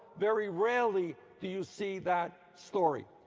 very rarely do you see that story.